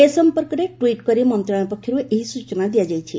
ଏ ସଂପର୍କରେ ଟ୍ୱିଟ୍ କରି ମନ୍ତ୍ରଣାଳୟ ପକ୍ଷରୁ ଏହି ସୂଚନା ଦିଆଯାଇଛି